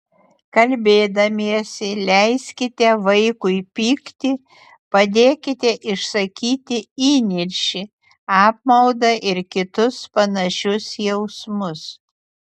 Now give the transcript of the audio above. kalbėdamiesi leiskite vaikui pykti padėkite išsakyti įniršį apmaudą ir kitus panašius jausmus